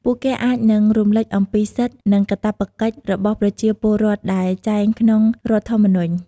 ពួកគេអាចនឹងរំលេចអំពីសិទ្ធិ និងកាតព្វកិច្ចរបស់ប្រជាពលរដ្ឋដែលចែងក្នុងរដ្ឋធម្មនុញ្ញ។